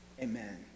amen